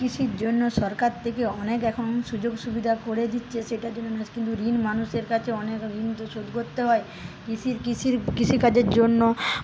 কৃষির জন্য সরকার থেকে অনেক এখন সুযোগ সুবিধা করে দিচ্ছে সেটার জন্য না কিন্তু ঋণ মানুষের কাছে অনেক ঋণ তো শোধ করতে হয় কৃষির কৃষির কৃষিকাজের জন্য